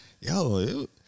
yo